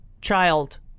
child